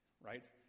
right